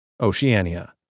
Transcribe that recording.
Oceania